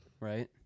Right